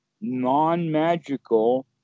non-magical